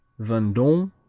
vendome,